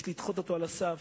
יש לדחות על הסף,